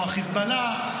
או חיזבאללה,